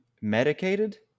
medicated